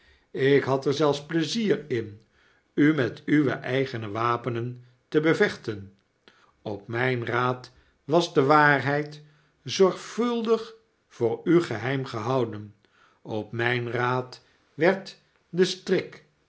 ik had er zelfs pleizier in u met uwe eigene wapenen te bevechten op mfln raad was de waarheidzorvuldig voor u geheim gehouden op myn raad werd de strik